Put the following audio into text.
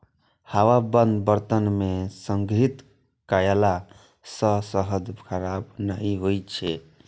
हवाबंद बर्तन मे संग्रहित कयला सं शहद खराब नहि होइ छै